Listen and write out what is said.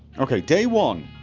okay, day one